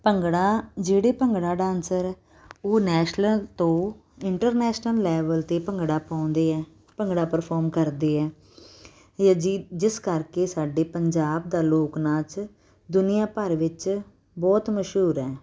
ਭੰਗੜਾ ਜਿਹੜੇ ਭੰਗੜਾ ਡਾਂਸਰ ਹੈ ਉਹ ਨੈਸ਼ਨਲ ਤੋਂ ਇੰਟਰਨੈਸ਼ਨਲ ਲੈਵਲ 'ਤੇ ਭੰਗੜਾ ਪਾਉਂਦੇ ਆ ਭੰਗੜਾ ਪਰਫੋਰਮ ਕਰਦੇ ਆ ਜਾੰ ਜਿ ਜਿਸ ਕਰਕੇ ਸਾਡੇ ਪੰਜਾਬ ਦਾ ਲੋਕ ਨਾਚ ਦੁਨੀਆ ਭਰ ਵਿੱਚ ਬਹੁਤ ਮਸ਼ਹੂਰ ਹੈ